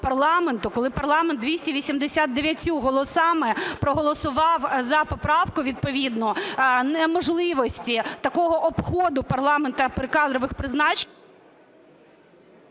коли парламент 289 голосами проголосував за поправку відповідну неможливості такого обходу парламенту при кадрових призначеннях...